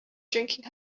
drinking